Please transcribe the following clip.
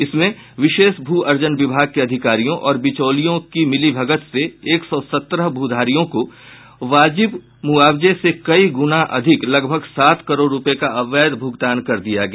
इसमें विशेष भू अर्जन विभाग के अधिकारियों और बिचौलियों की मिलीभगत से एक सौ सत्रह भूधारियों को वाजिब मुआवजे से कई गुना अधिक लगभग सात करोड़ रूपये का अवैध भूगतान कर दिया गया